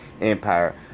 Empire